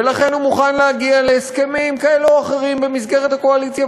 ולכן הוא מוכן להגיע להסכמים כאלה או אחרים במסגרת הקואליציה,